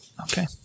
Okay